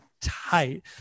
tight